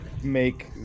make